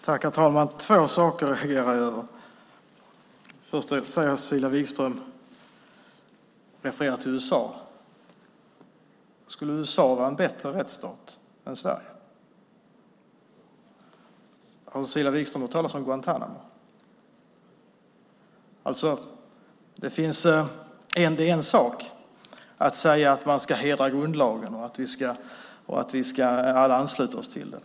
Herr talman! Två saker reagerar jag över. Cecilia Wigström refererar till USA. Skulle USA vara en bättre rättsstat än Sverige? Har Cecilia Wigström hört talas om Guantánamo? Det är en sak att säga att man ska hedra grundlagen och att vi alla ska ansluta oss till den.